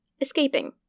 Escaping